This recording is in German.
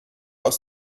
aus